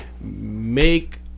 make